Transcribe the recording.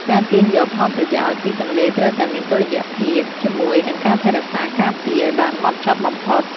ការទាញយកផលប្រយោជន៍ពីទន្លេត្រូវតែមានតុល្យភាពជាមួយនឹងការថែរក្សាការពារឱ្យបានម៉ត់ចត់បំផុត។